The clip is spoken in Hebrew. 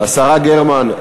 השרה גרמן,